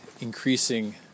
increasing